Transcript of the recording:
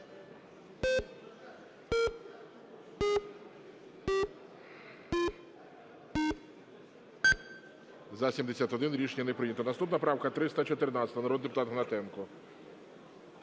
За-79 Рішення не прийнято. Наступна правка 274, народний депутат Гнатенко.